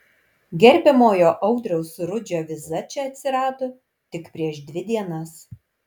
gerbiamojo audriaus rudžio viza čia atsirado tik prieš dvi dienas